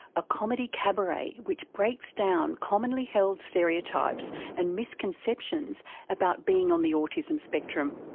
a comedy cabaret which breaks down commonly held stereotypes and misconceptions about being on the autism spectrum.